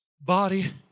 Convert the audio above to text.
body